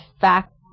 fact